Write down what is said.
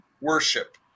worship